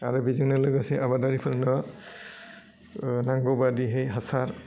आरो बेजोंनो लोगोसे आबादारिफोरनो नांगौ बायदिहै हासार